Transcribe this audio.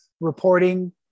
reporting